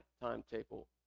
timetable